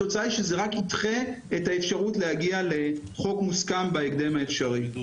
התוצאה היא שזה רק ידחה את האפשרות להגיע לחוק מוסכם בהקדם האפשרי.